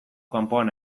kanpoan